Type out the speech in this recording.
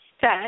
set